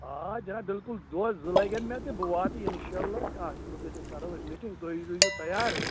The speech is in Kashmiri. آ جناب بِلکُل دۄہ زٕ لگن مےٚ تہٕ بہٕ واتہٕ اِنشا اللہ تہٕ اَتھ مُتعلِق کرو أسۍ میٖٹِنگ تُہۍ روٗزِو تیار